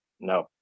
no